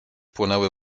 płonęły